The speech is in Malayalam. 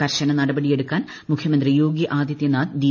കർശന നടപടി എടുക്കാൻ മുഖ്യമന്ത്രി യോഗി ആദിത്യനാഥ് ഡി